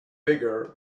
bigger